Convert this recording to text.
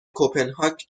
کپنهاک